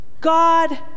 God